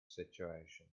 situations